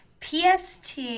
PST